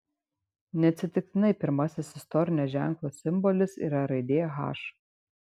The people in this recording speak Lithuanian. neatsitiktinai pirmasis istorinio ženklo simbolis yra raidė h